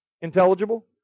intelligible